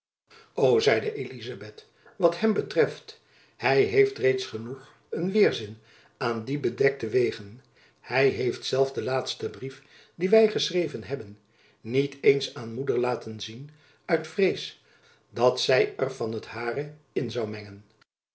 zeide elizabeth wat hem betreft hy heeft reeds genoeg een weêrzin aan die bedekte wegen hy heeft zelf den laatsten brief dien wy geschreven hebben niet eens aan moeder laten zien uit vrees dat zy er van het hare in zoû mengen